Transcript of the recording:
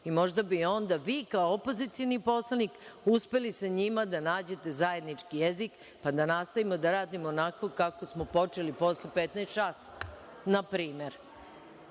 i možda bi onda vi, kao opozicioni poslanik, uspeli sa njima da nađete zajednički jezik, pa da nastavimo da radimo onako kako smo počeli posle 15.00 časova,